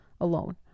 alone